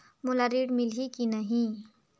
मोला ऋण मिलही की नहीं?